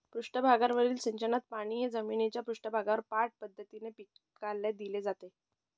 पृष्ठभागावरील सिंचनात पाणी हे जमिनीच्या पृष्ठभागावर पाठ पद्धतीने पिकाला दिले जाते